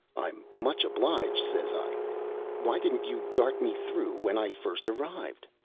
i'm much obliged, says i why didn't you dart me through when i first arrived?